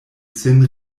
sin